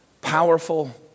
powerful